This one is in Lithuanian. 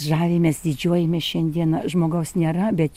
žavimės didžiuojamės šiandieną žmogaus nėra bet